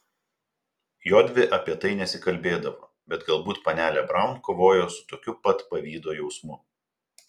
jodvi apie tai nesikalbėdavo bet galbūt panelė braun kovojo su tokiu pat pavydo jausmu